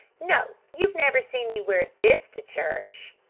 no, you've never seen me wear this to church.